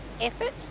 effort